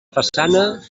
façana